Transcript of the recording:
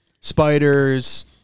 Spiders